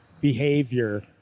behavior